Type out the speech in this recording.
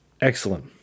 excellent